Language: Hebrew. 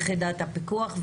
יחידת הפיקוח.